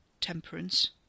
Temperance